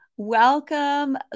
Welcome